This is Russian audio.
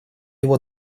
его